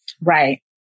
Right